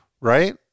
right